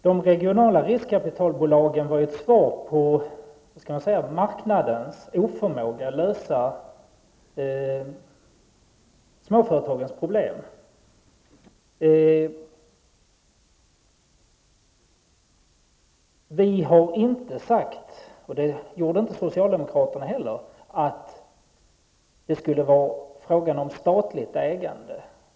Herr talman! De regionala riskkapitalbolagen var ett svar på marknadens oförmåga att lösa småföretagens problem. Vi har inte sagt, och det gjorde inte socialdemokraterna heller, att det skulle vara fråga om statligt ägande.